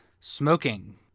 smoking